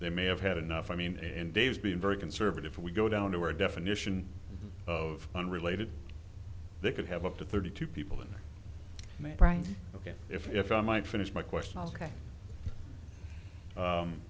they may have had enough i mean in dave's being very conservative we go down to our definition of unrelated they could have up to thirty two people in ok if i might finish my question ok